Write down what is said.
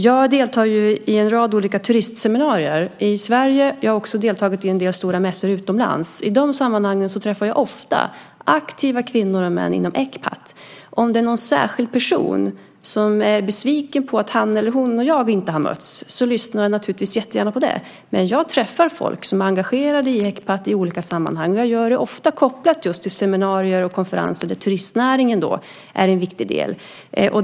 Jag deltar i en rad olika turistseminarier i Sverige. Jag har också deltagit i en del stora mässor utomlands. I de sammanhangen träffar jag ofta aktiva kvinnor och män inom Ecpat. Om det är någon särskild person som är besviken på att han eller hon och jag inte har mötts lyssnar jag naturligtvis gärna på den, men jag träffar folk som är engagerade i Ecpat i olika sammanhang. Jag gör det ofta kopplat just till seminarier och konferenser där turistnäringen är en viktig del.